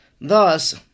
Thus